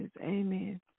Amen